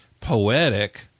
poetic